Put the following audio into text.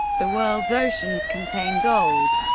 the world's oceans contain gold.